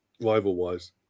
rival-wise